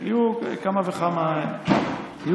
יהיו כמה וכמה שינויים.